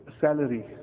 salary